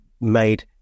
made